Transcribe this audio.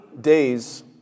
days